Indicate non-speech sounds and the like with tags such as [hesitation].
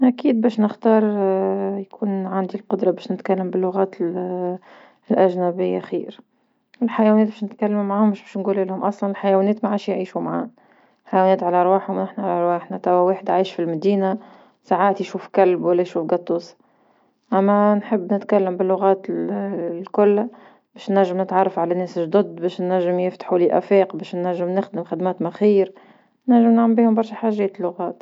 أكيد باش نختار [hesitation] يكون عندي القدرة باش نتكلم باللغات [hesitation] الأجنبية خير، الحيوانات باش نتكلمو معاهم باش نقولو لهم أصلا الحيوانات ما عادش يعيشو معانا، حيونات على رواحهم أحنا على رواحنا، توا واحد عايش في المدينة ساعات يشوف كلب ولا يشوف قطوس، أما نحب نتكلم باللغات [hesitation] الكلها باش نجم نتعرف على ناس جدد باش نجم يفتحولي تفاق باش نجم نخدم خدمات ما خير نجم نعمل بيهم برشا حاجات لغات.